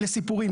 אלה סיפורים.